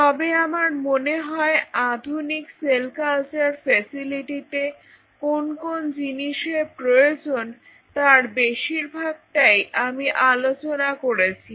তবে আমার মনে হয় আধুনিক সেল কালচার ফ্যাসিলিটিতে কোন কোন জিনিসের প্রয়োজন তার বেশিরভাগটাই আমি আলোচনা করেছি